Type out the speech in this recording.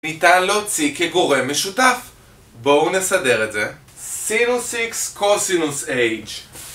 ניתן להוציא כגורם משותף בואו נסדר את זה סינוס X קוסינוס H